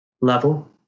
level